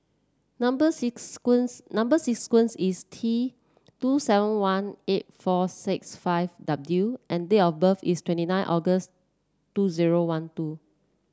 number number sequence is T two seven one eight four six five W and date of birth is twenty nine August two zero one two